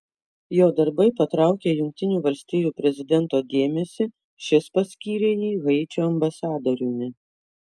jo darbai patraukė jungtinių valstijų prezidento dėmesį šis paskyrė jį haičio ambasadoriumi